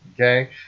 Okay